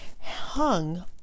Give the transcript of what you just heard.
hung